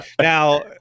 Now